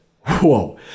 whoa